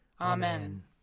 Amen